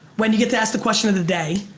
wen, you get to ask the question of the day,